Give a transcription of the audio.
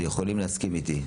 ויכולים להסכים איתי.